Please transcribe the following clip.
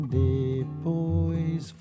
depois